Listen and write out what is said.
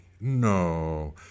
No